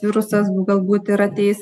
virusas galbūt ir ateis